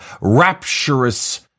rapturous